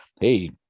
hey